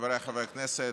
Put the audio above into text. חבריי חברי הכנסת,